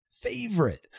favorite